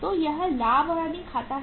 तो यह लाभ और हानि खाता है